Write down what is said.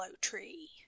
tree